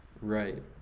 Right